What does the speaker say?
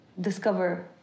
discover